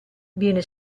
viene